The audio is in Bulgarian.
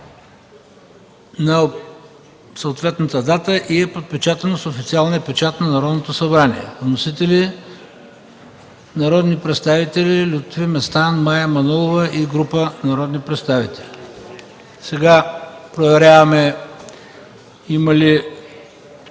на съответната дата и е подпечатано с официалния печат на Народното събрание.” Вносители са народните представители Лютви Местан, Мая Манолова и група народни представители. Сега проверяваме има ли